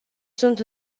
sunt